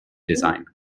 design